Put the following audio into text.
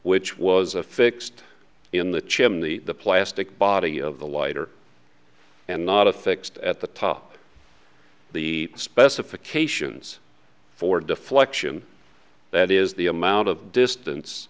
which was affixed in the chim the plastic body of the lighter and not a fixed at the top the specifications for deflection that is the amount of distance